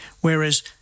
whereas